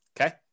Okay